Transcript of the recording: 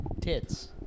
tits